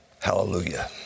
Hallelujah